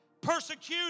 Persecuted